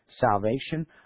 salvation